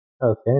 Okay